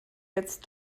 jetzt